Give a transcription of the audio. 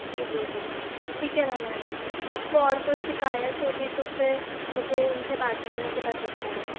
जी जी जी ठीक है ना मैडम आपको और कोई शिकायत होगी तो फिर मुझे उनसे बात करने के बाद बताइए